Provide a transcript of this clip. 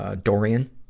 Dorian